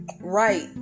right